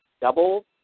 double